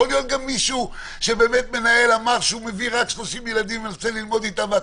יכול להיות גם מישהו שמנהל אמר שהוא מביא רק 30 ילדים ועשה טעות,